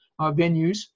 venues